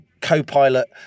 co-pilot